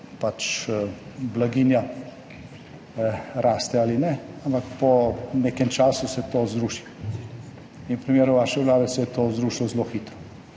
pač blaginja raste ali ne, ampak po nekem času se to zruši in v primeru vaše vlade se je to zrušilo zelo hitro.